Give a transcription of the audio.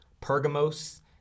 Pergamos